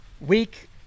week